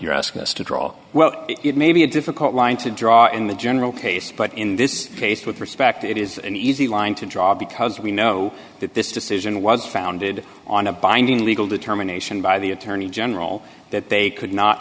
you're asking us to draw well it may be a difficult line to draw in the general case but in this case with respect it is an easy line to draw because we know that this decision was founded on a binding legal determination by the attorney general that they could not